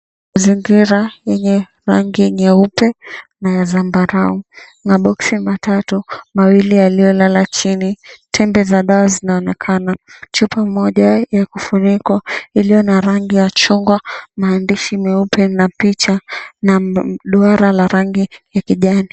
Mazingira yenye rangi nyeupe na ya zambarau, maboksi matatu, mawili yaliyolala chini, tembe za dawa zinaonekana, chupa moja ya kifuniko iliyo na rangi ya chungwa, maandishi meupe na 𝑝𝑖𝑐ℎ𝑎 𝑛𝑎 duara la rangi ya kijani.